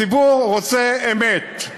הציבור רוצה אמת,